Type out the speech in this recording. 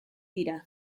dira